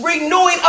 renewing